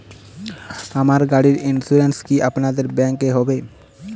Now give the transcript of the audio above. আমার গাড়ির ইন্সুরেন্স কি আপনাদের ব্যাংক এ হবে?